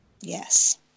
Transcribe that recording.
Yes